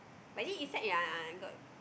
but is it effect ya I got